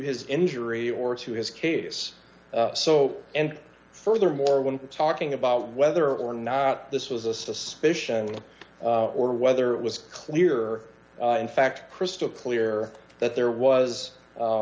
his injury or to his case so and furthermore when talking about whether or not this was a suspicion or whether it was clear in fact crystal clear that there was